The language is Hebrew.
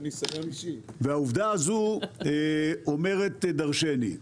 העובדה הזו אומרת דרשני.